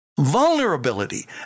Vulnerability